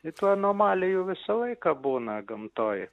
tai tų anomalijų visą laiką būna gamtoj